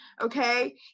Okay